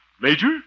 Major